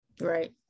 Right